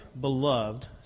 beloved